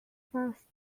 first